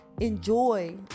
enjoy